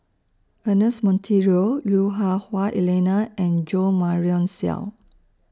Ernest Monteiro Lui Hah Wah Elena and Jo Marion Seow